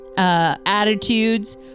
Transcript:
Attitudes